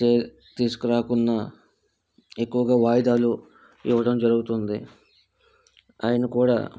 stay తీసుకురాకున్నా ఎక్కువగా వాయిదాలు ఇవ్వడం జరుగుతుంది ఆయన కూడా